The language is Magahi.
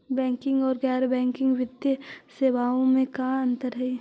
बैंकिंग और गैर बैंकिंग वित्तीय सेवाओं में का अंतर हइ?